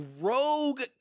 rogue